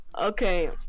Okay